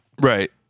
Right